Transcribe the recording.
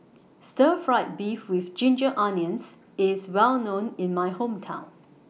Stir Fry Beef with Ginger Onions IS Well known in My Hometown